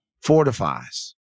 fortifies